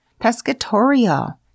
Pescatorial